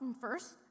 first